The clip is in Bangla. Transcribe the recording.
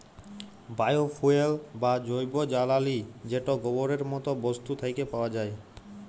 বায়ো ফুয়েল বা জৈব জ্বালালী যেট গোবরের মত বস্তু থ্যাকে পাউয়া যায়